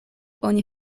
oni